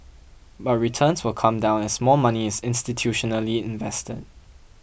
but returns will come down as more money is institutionally invested